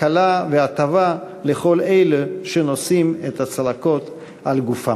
הקלה והטבה לכל אלו שנושאים את הצלקות על גופם.